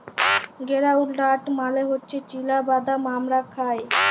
গেরাউলড লাট মালে হছে চিলা বাদাম আমরা খায়